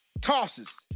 tosses